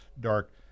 dark